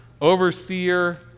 overseer